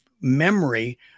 memory